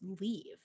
leave